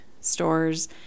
stores